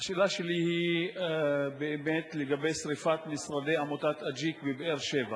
השאלה שלי היא לגבי שרפת משרדי עמותת "אג'יק" בבאר-שבע.